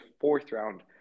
fourth-round